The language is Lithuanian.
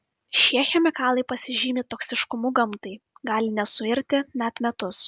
šie chemikalai pasižymi toksiškumu gamtai gali nesuirti net metus